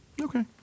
Okay